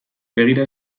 begira